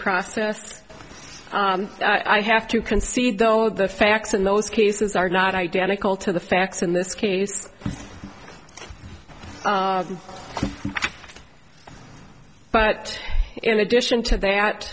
process i have to concede though the facts in most cases are not identical to the facts in this case but in addition to that